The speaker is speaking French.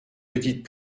petites